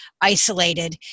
isolated